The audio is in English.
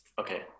Okay